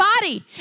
body